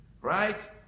Right